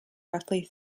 roughly